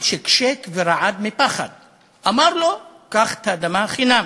הוא שקשק ורעד מפחד ואמר לו: קח את האדמה חינם.